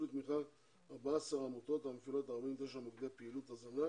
לתמיכה 14 עמותות המכילות 49 מוקדי פעילות הזנת